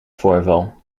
voorval